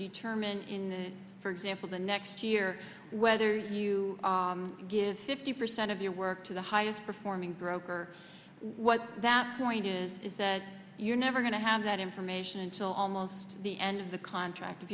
determine for example the next year whether you give fifty percent of your work to the highest performing broker what that point is is that you're never going to have that information until almost the end of the contract